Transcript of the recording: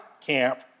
camp